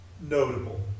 notable